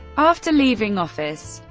after leaving office,